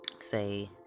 say